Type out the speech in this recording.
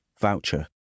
voucher